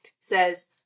says